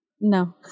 No